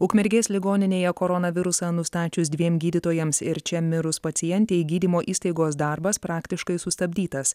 ukmergės ligoninėje koronavirusą nustačius dviem gydytojams ir čia mirus pacientei gydymo įstaigos darbas praktiškai sustabdytas